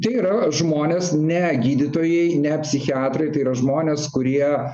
tai yra žmonės ne gydytojai ne psichiatrai tai yra žmonės kurie